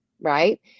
right